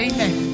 Amen